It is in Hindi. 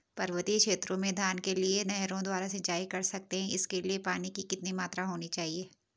पर्वतीय क्षेत्रों में धान के लिए नहरों द्वारा सिंचाई कर सकते हैं इसके लिए पानी की कितनी मात्रा होनी चाहिए?